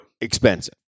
expensive